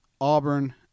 Auburn